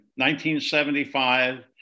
1975